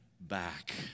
back